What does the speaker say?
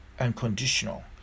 unconditional